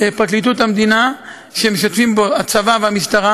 פרקליטות המדינה שמשתתפים בו הצבא והמשטרה.